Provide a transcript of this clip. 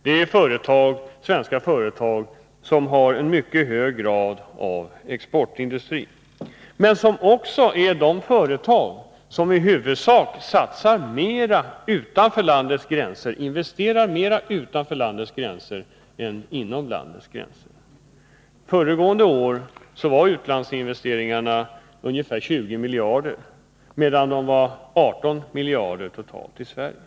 Det är svenska företag som har en mycket hög grad av exportindustri men som också är företag som i huvudsak investerar mera utanför landets gränser än inom landets gränser. Föregående år var utlandsinvesteringarna ungefär 20 miljarder, medan de var 18 miljarder totalt i Sverige.